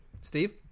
Steve